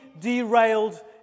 derailed